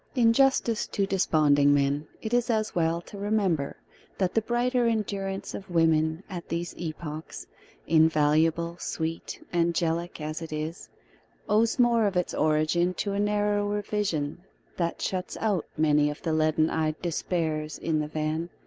in justice to desponding men, it is as well to remember that the brighter endurance of women at these epochs invaluable, sweet, angelic, as it is owes more of its origin to a narrower vision that shuts out many of the leaden-eyed despairs in the van,